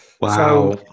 Wow